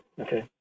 okay